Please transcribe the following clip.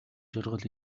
жаргал